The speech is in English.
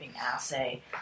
assay